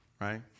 right